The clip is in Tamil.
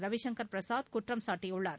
ரவிசங்கர் பிரசாத் குற்றம் சாட்டியுள்ளார்